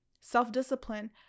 self-discipline